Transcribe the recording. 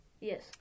Yes